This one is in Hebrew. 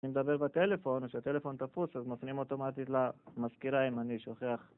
אם דבר בטלפון או שהטלפון תפוס אז מפנים אוטומטית למזכירה אם אני שוכח